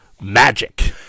magic